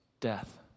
death